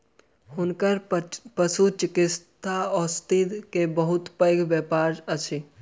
हुनकर पशुचिकित्सा औषधि के बहुत पैघ व्यापार अछि